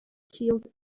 killed